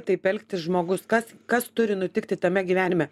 taip elgtis žmogus kas kas turi nutikti tame gyvenime